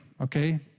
okay